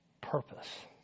purpose